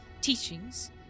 teachings